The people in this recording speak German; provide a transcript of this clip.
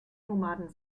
nomaden